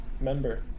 Member